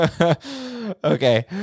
Okay